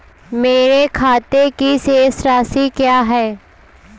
मेरे खाते की शेष राशि क्या है?